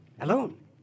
alone